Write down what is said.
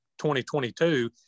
2022